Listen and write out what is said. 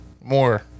More